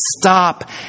stop